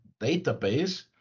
database